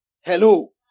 Hello